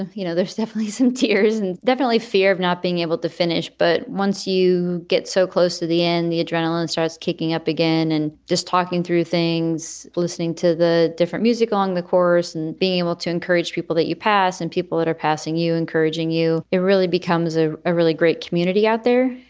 you know, there's definitely some tears and definitely fear of not being able to finish. but once you get so close to the end, the adrenaline starts kicking up again and just talking through things. listening to the different music along the course and being able to encourage people that you pass and people that are passing you, encouraging you. it really becomes a ah really great community out there.